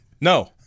No